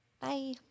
Bye